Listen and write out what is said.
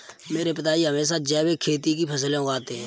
मेरे पिताजी हमेशा जैविक खेती की फसलें उगाते हैं